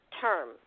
term